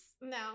No